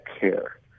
care